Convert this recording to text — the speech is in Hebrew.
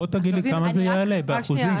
--- תגיד לי כמה זה יעלה באחוזים.